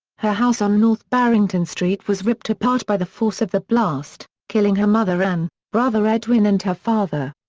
her house on north barrington street was ripped apart by the force of the blast, killing her mother anne, brother edwin and her father.